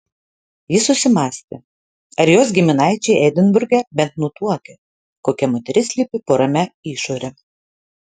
jis susimąstė ar jos giminaičiai edinburge bent nutuokia kokia moteris slypi po ramia išore